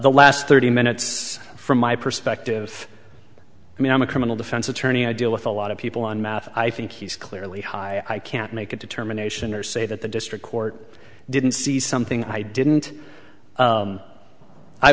the last thirty minutes from my perspective i mean i'm a criminal defense attorney i deal with a lot of people on math i think he's clearly high i can't make a determination or say that the district court didn't see something i didn't